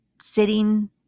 sitting